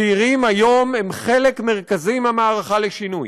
צעירים היום הם חלק מרכזי מהמערכה לשינוי.